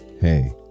hey